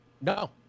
No